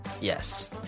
yes